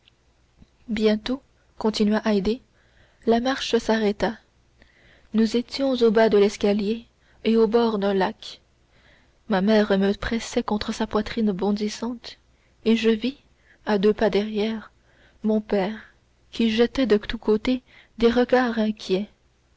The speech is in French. bientôt continua haydée la marche s'arrêta nous étions au bas de l'escalier et au bord d'un lac ma mère me pressait contre sa poitrine bondissante et je vis à deux pas derrière mon père qui jetait de tous côtés des regards inquiets